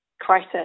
crisis